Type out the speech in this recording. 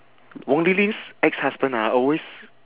wong li lin's ex-husband ah always